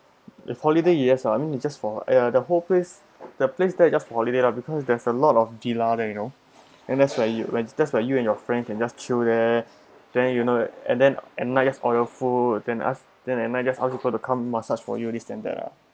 if holiday yes I mean it just for ya the whole place that place there is just for holiday lah because there's a lot of there you know and that's where you when there's where you and your friends can just chill there then you know and then at night just order food then us then at night just ask people to come massage for you this and that lah